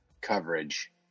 coverage